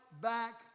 back